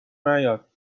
نیاد